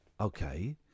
Okay